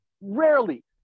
rarely